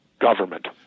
government